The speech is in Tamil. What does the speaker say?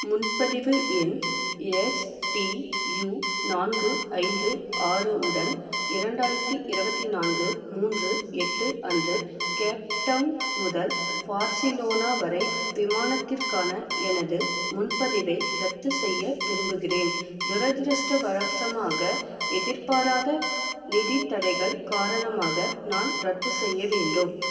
முன்பதிவு எண் எஸ் டி யு நான்கு ஐந்து ஆறு உடன் இரண்டாயிரத்தி இருபத்தி நான்கு மூன்று எட்டு அன்று கேப்டங் முதல் பார்சிலோனா வரை விமானத்திற்கான எனது முன்பதிவை ரத்து செய்ய விரும்புகிறேன் துரதிர்ஷ்டவசமாக எதிர்பாராத நிதித்தடைகள் காரணமாக நான் ரத்து செய்ய வேண்டும்